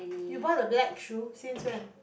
you buy the black shoe since then